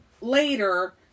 later